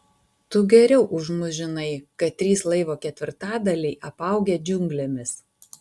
tu geriau už mus žinai kad trys laivo ketvirtadaliai apaugę džiunglėmis